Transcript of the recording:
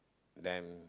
them